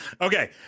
Okay